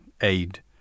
aid